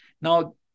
Now